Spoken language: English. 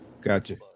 Gotcha